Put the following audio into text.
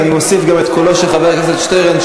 אני מוסיף גם את קולו של חבר הכנסת שטרן,